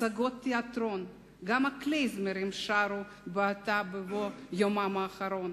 הצגות תיאטרון./ גם הכליזמרים שרו אותה בבוא יומם האחרון.